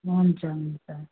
हुन्छ हुन्छ